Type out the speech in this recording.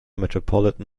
metropolitan